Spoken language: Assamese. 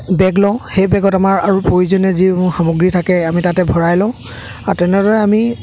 বেগ লওঁ সেই বেগত আমাৰ আৰু প্ৰয়োজনে যি সামগ্ৰী থাকে সেই আমি তাতে ভৰাই লওঁ আৰু তেনেদৰে আমি